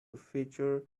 feature